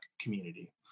community